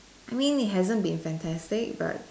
I mean it hasn't been fantastic but